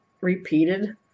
repeated